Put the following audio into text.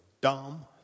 dumb